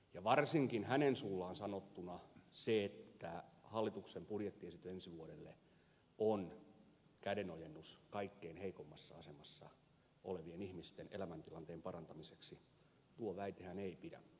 ja varsinkaan hänen suullaan sanottuna tuo väite että hallituksen budjettiesitys ensi vuodelle on kädenojennus kaikkein heikoimmassa asemassa olevien ihmisten elämäntilanteen parantamiseksi ei pidä paikkaansa